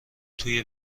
توی